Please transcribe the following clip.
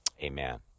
Amen